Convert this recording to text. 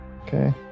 Okay